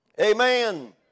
Amen